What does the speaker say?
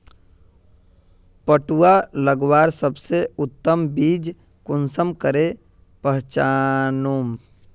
पटुआ लगवार सबसे उत्तम बीज कुंसम करे पहचानूम?